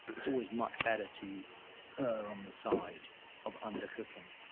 it's always much better to err on the side of undercooking.